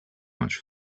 much